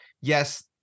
yes